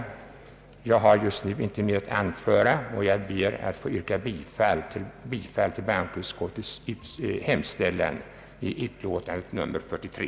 Jag har just nu inte något mer att anföra och ber därför att få yrka bifall till bankoutskottets hemställan i dess utlåtande nr 43.